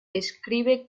escribe